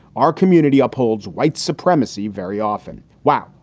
our community upholds white supremacy very often. wow,